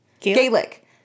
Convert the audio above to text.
Gaelic